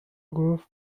گفت